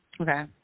Okay